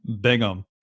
Bingham